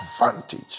advantage